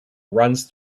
runs